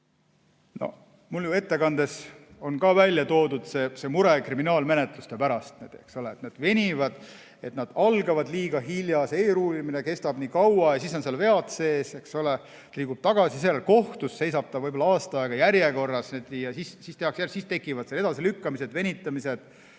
on. Mul ju ettekandes on ka välja toodud mure kriminaalmenetluste pärast. Need venivad, need algavad liiga hilja, eeluurimine kestab nii kaua ja siis on seal vead sees, eks ole. Asi liigub tagasi, seejärel kohtus seisab ta võib-olla aasta aega järjekorras ja siis tekivad seal edasilükkamised, venitamised.